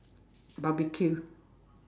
barbeque